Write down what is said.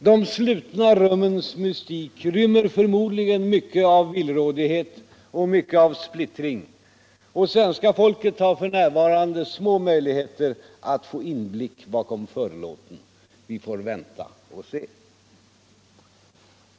De slutna rummens mystik rymmer förmodligen mycket av villrådighet och mycket av splittring, och svenska folket har £ n. små möjligheter att få inblick bakom förlåten. Vi får viänta och se.